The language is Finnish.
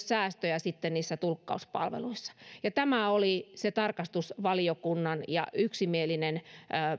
säästöjä sitten niissä tulkkauspalveluissa ja tämä oli se tarkastusvaliokunnan yksimielinen